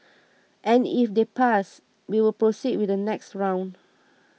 and if they pass we'll proceed with the next round